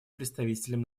представителям